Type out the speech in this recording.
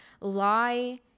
lie